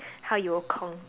how you will con